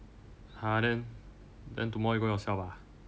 !huh! then tomorrow tomorrow you going yourself ah